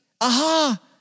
aha